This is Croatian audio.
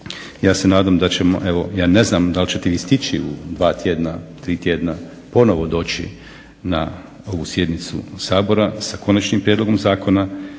Ja se nadam da ćemo ja ne znam da li ćete stići u dva, tri tjedna ponovno doći na ovu sjednicu Sabora s konačnim prijedlogom zakona,